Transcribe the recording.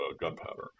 gunpowder